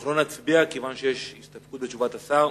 אנחנו לא נצביע כיוון שיש הסתפקות בתשובת השר.